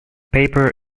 paper